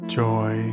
joy